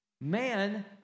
man